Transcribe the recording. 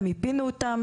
ומיפינו אותם,